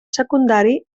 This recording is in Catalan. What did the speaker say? secundari